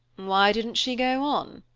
why didn't she go on?